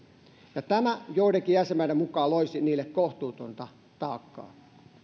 ja tämä joidenkin jäsenmaiden mukaan loisi niille kohtuutonta taakkaa